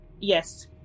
Yes